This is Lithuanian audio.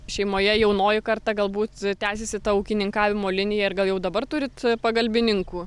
šeimoje jaunoji karta galbūt tęsiasi ta ūkininkavimo linija ir gal jau dabar turit pagalbininkų